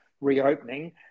reopening